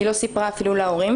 היא לא סיפרה אפילו להורים.